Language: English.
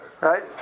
Right